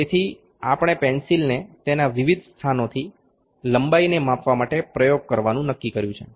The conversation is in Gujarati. તેથી આપણે પેન્સિલને તેના વિવિધ સ્થાનોથી લંબાઈને માપવા માટે પ્રયોગ કરવાનું નક્કી કર્યું છે